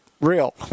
real